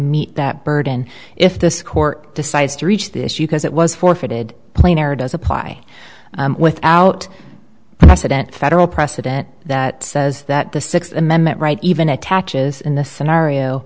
meet that burden if this court decides to reach the issue because it was forfeited plenary does apply without precedent federal precedent that says that the sixth amendment right even attaches in the scenario